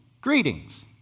Greetings